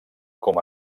com